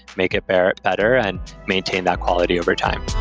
make it better better and maintain that quality overtime.